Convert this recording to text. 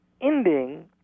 ending